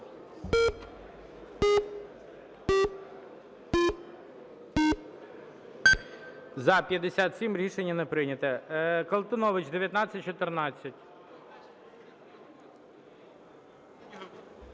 За-57 Рішення не прийнято. Колтунович, 2914.